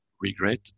regret